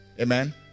Amen